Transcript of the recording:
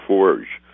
Forge